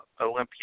Olympia